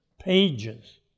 pages